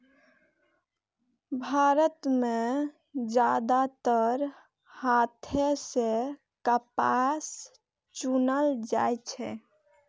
भारत मे जादेतर हाथे सं कपास चुनल जाइ छै